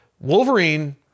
Wolverine